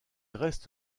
reste